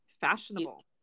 fashionable